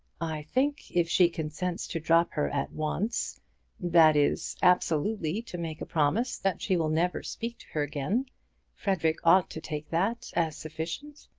i think if she consents to drop her at once that is, absolutely to make a promise that she will never speak to her again frederic ought to take that as sufficient.